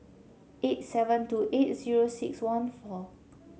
eight seven two eight six one four